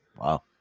wow